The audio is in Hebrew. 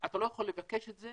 אתה לא יכול לבקש את זה